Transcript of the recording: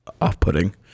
off-putting